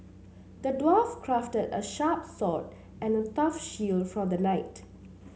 the dwarf crafted a sharp sword and a tough shield for the knight